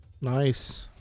nice